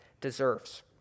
deserves